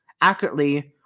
accurately